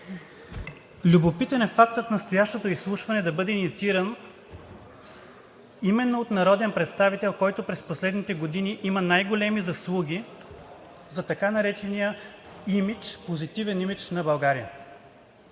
любопитен е фактът настоящото изслушване да бъде инициирано именно от народен представител, който през последните години има най-големи заслуги за така наречения позитивен имидж на България.